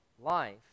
life